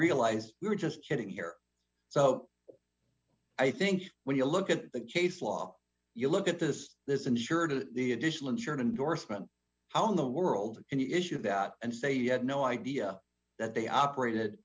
realized we were just sitting here so i think when you look at the case law you look at this this insured the additional insured indorsement how in the world and you issue that and say you had no idea that they operated